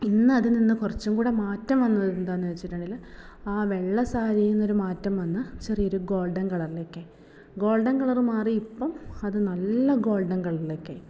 ഇന്ന് അതിൽ നിന്ന് കുറച്ചും കൂടെ മാറ്റം വന്നത് എന്താണെന്ന് വച്ചിട്ടുണ്ടെങ്കിൽ ആ വെള്ള സാരിയിൽ നിന്നൊരു മാറ്റം വന്ന് ചെറിയ ഒരു ഗോൾഡൻ കളറിലേക്കായി ഗോൾഡൻ കളറ് മാറി ഇപ്പം അത് നല്ല ഗോൾഡൻ കളറിലേക്ക് ആയി